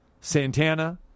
Santana